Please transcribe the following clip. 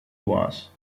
was